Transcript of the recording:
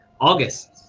August